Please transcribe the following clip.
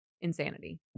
insanity